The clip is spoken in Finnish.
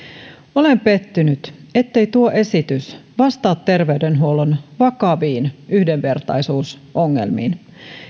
olen pettynyt ettei tuo esitys vastaa terveydenhuollon vakaviin yhdenvertaisuusongelmiin